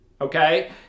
okay